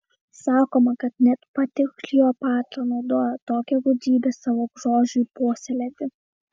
sakoma kad net pati kleopatra naudojo tokią gudrybę savo grožiui puoselėti